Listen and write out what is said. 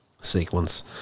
sequence